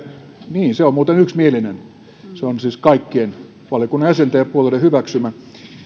niin se on muuten yksimielinen se on siis kaikkien valiokunnan jäsenten ja puolueiden hyväksymä